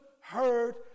heard